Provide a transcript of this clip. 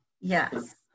Yes